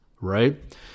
right